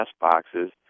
boxes